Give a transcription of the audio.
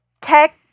Tech